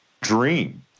dream